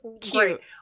Cute